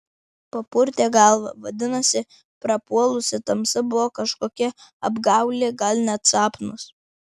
papurtė galvą vadinasi prapuolusi tamsa buvo kažkokia apgaulė gal net sapnas